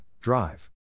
drive